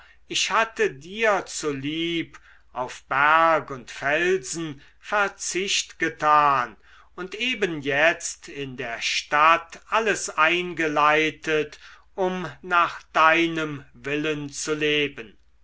ich hatte dir zulieb auf berg und felsen verzicht getan und eben jetzt in der stadt alles eingeleitet um nach deinem willen zu leben